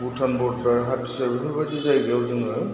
भुटान बरदार हाथिसार बेफोरबादि जायगायाव जोङो